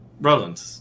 Roland